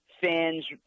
fans